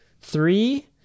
three